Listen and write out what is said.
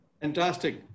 Fantastic